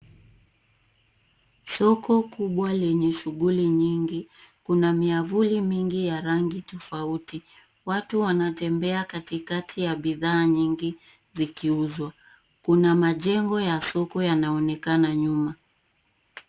Soko kubwa lenye shughuli nyingi. Kuna miavuli mingi ya rangi tofauti. Watu wanatembea katikati ya bidhaa nyingi zikiuzwa. Kuna majengo ya soko yanaonekana nyuma.